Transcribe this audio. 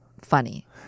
funny